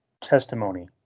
testimony